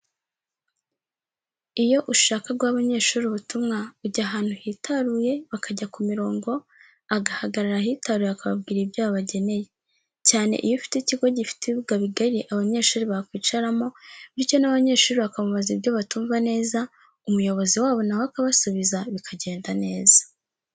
Iyo ushaka guha abanyeshuri ubutumwa, ujya ahantu hitaruye bakajya ku mirongo agahagarara ahitaruye akababwira ibyo yabageneye, cyane iyo ufite ikigo gifite ibibuga bigari abanyeshuri bakwicaramo, bityo n'abanyeshuri bakamubaza ibyo batumva neza, umuyobozi wabo na we akabasubiza bikagenda neza.